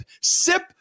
sip